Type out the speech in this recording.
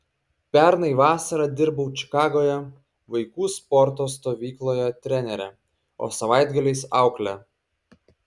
pernai vasarą dirbau čikagoje vaikų sporto stovykloje trenere o savaitgaliais aukle